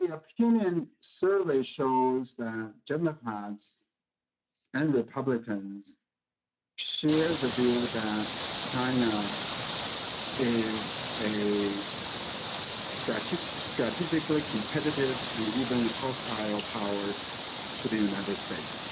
you know opinion survey shows that democrats and republicans share the view that china is a strategically strategically competitive and even hostile power to the united states.